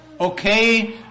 okay